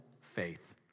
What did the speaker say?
faith